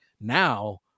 now